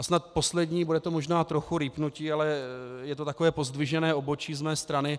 Snad poslední, bude to možná trochu rýpnutí, ale je to takové pozdvižené obočí z mé strany.